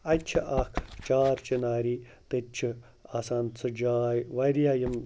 اَتہِ چھِ اَکھ چار چِناری تَتہِ چھِ آسان سُہ جاے واریاہ یِم